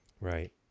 Right